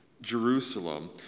Jerusalem